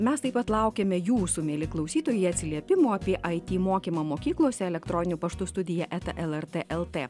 mes taip pat laukiame jūsų mieli klausytojai atsiliepimų apie it mokymą mokyklose elektroniniu paštu studija eta lrt lt